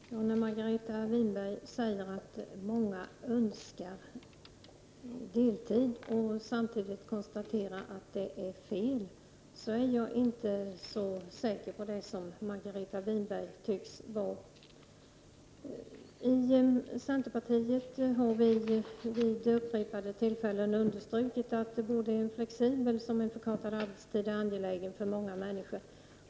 Fru talman! När Margareta Winberg säger att många önskar arbeta deltid och samtidigt konstaterar att det är fel med deltid, är jag inte så säker på det som Margareta Winberg tycks vara. Från centerpartiet har vi vid upprepade tillfällen understrukit att både flexibel arbetstid och förkortad arbetstid är angelägna för många människor.